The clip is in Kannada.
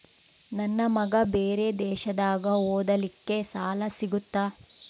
ನನ್ನ ಮಗ ಬೇರೆ ದೇಶದಾಗ ಓದಲಿಕ್ಕೆ ಸಾಲ ಸಿಗುತ್ತಾ?